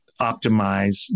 optimize